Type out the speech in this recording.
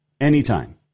Anytime